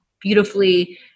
beautifully